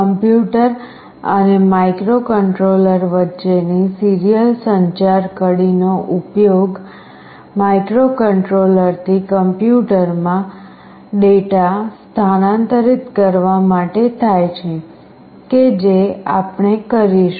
computer અને microcontroller વચ્ચેની serial સંચાર કડી નો ઉપયોગ માઇક્રોકન્ટ્રોલરથી કમ્યુટર માં ડેટા સ્થાનાંતરિત કરવા માટે થાય છે કે જે આપણે કરીશું